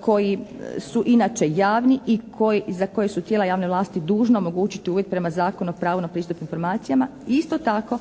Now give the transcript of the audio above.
koji su inače javni i za koje su tijela javne vlasti dužna omogućiti uvijek prema Zakonu o pravu na pristup informacijama. Isto tako